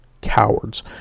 cowards